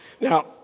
Now